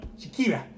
Shakira